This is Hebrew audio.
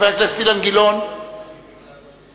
חבר הכנסת אילן גילאון, בבקשה.